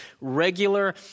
regular